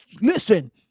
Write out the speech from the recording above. listen